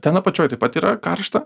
ten apačioj taip pat yra karšta